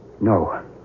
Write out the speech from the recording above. No